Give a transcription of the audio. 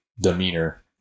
demeanor